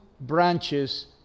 branches